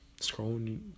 scrolling